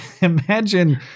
imagine